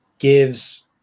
gives